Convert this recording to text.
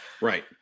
Right